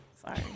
Sorry